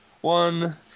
one